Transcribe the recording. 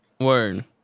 Word